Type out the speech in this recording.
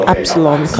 Epsilon